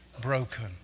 broken